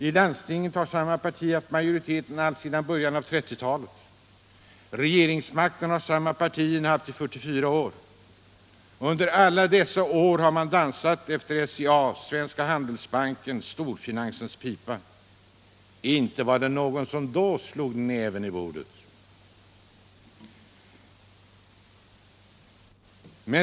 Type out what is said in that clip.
I landstinget har samma parti haft majoriteten alltsedan början av 1930-talet. Regeringsmakten har samma parti innehaft i 44 år. Under alla dessa år har man dansat efter SCA:s och Svenska Handelsbankens — storfinansens — pipa. Inte var det någon som då slog näven i bordet!